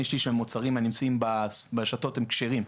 שליש מוצרים שנמצאים ברשתות הם כשרים.